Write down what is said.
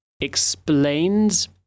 explains